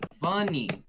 funny